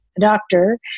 doctor